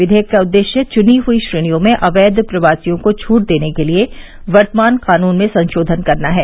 विधेयक का उद्देश्य चुनी हुई श्रेणियों में अवैध प्रवासियों को छूट देने के लिए वर्तमान कानून में संशोधन करना है